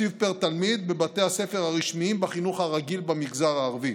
בתקציב פר תלמיד בבתי הספר הרשמיים בחינוך הרגיל במגזר הערבי.